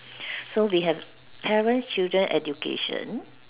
so we have parents children education